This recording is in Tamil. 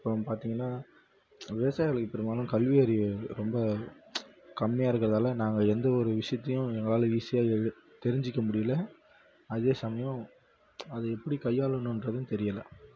அப்புறோம் பார்த்தீங்கனா விவசாயிகளுக்கு பெரும்பாலும் கல்வி அறிவு ரொம்ப கம்மியாக இருக்கிறதால நாங்கள் எந்த ஒரு விஷயத்தையும் எங்களால் ஈஸியாக எழு தெரிஞ்சுக்க முடியல அதே சமயம் அதை எப்படி கையாளனுன்றதும் தெரியலை